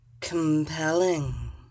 compelling